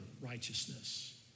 righteousness